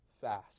fast